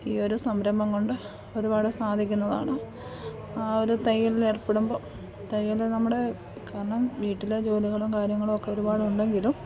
ഈ ഒരു സംരംഭം കൊണ്ട് ഒരുപാട് സാധിക്കുന്നതാണ് ആ ഒരു തയ്യലിൽ ഏർപ്പെടുമ്പോൾ തയ്യൽ നമ്മുടെ കാരണം വീട്ടിലെ ജോലികളും കാര്യങ്ങളും ഒക്കെ ഒരുപാട് ഉണ്ടെങ്കിലും